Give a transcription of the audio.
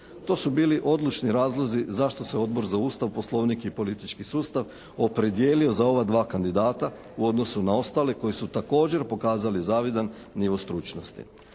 To su odlučni razlozi zašto se Odbor za Ustav, poslovnik i politički sustav opredijelio za ova dva kandidata u odnosu na ostale koji su također pokazali zavidan nivo stručnosti.